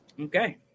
Okay